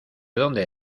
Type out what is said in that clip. dónde